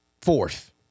fourth